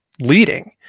leading